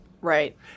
right